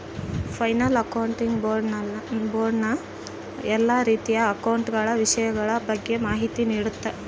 finance accounting board ನ ಎಲ್ಲಾ ರೀತಿಯ ಅಕೌಂಟ ಗಳ ವಿಷಯಗಳ ಬಗ್ಗೆ ಮಾಹಿತಿ ನೀಡುತ್ತ